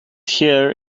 here